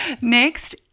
Next